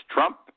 Trump